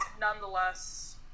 nonetheless